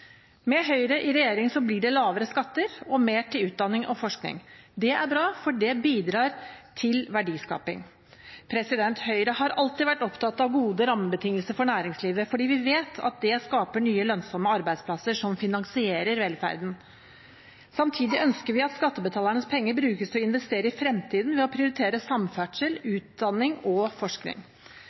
Med Høyre i regjering blir det lavere skatter og mer til utdanning og forskning. Det er bra fordi det bidrar til verdiskaping. Høyre har alltid vært opptatt av gode rammebetingelser for næringslivet fordi vi vet at det skaper nye, lønnsomme arbeidsplasser som finansierer velferden. Samtidig ønsker vi at skattebetalernes penger brukes til å investere i fremtiden, ved å prioritere samferdsel, utdanning og forskning.